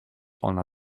ona